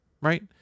Right